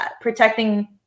protecting